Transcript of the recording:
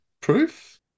proof